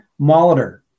Molitor